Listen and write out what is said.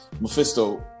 mephisto